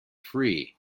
free